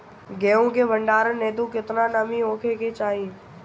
गेहूं के भंडारन हेतू कितना नमी होखे के चाहि?